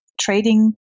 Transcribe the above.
trading